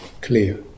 clear